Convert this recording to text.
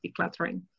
decluttering